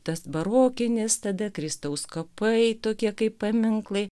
tas barokinis tada kristaus kapai tokie kaip paminklai